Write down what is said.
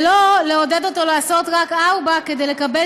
ולא לעודד אותו לעשות רק ארבע יחידות כדי לקבל